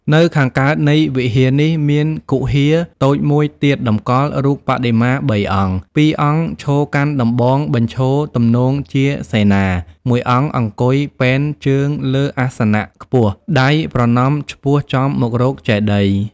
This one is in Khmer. នៅខាងកើតនៃវិហារនេះ មានគុហាតូចមួយទៀតតម្កល់រូបបដិមាបីអង្គ ពីរអង្គឈរកាន់ដំបងបញ្ឈរទំនងជាសេនា មួយអង្គអង្គុយពែនជើងលើអាសនៈខ្ពស់ ដៃប្រណម្យឆ្ពោះចំមករកចេតិយ ។